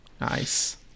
Nice